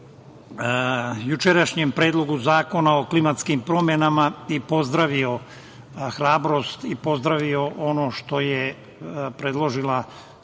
na jučerašnji Predlog zakona o klimatskim promenama i pozdravio bih hrabrost i ono što je predložila